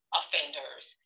offenders